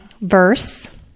verse